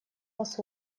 вас